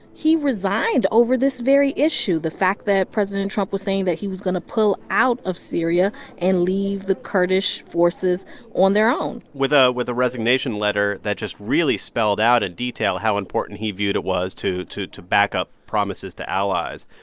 he resigned over this very issue, the fact that president trump was saying that he was going to pull out of syria and leave the kurdish forces on their own with ah with a resignation letter that just really spelled out in ah detail how important he viewed it was to to backup promises to allies.